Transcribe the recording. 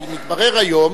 אבל מתברר היום,